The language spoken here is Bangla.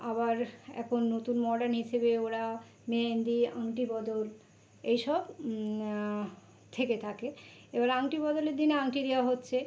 আবার এখন নতুন মর্ডান হিসেবে ওরা মেহেন্দি আংটি বদল এই সব থেকে থাকে এবার আংটি বদলের দিন আংটি দেওয়া হচ্ছে